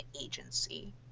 agency